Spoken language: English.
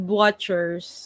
watchers